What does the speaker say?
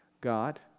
God